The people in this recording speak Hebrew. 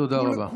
תודה רבה.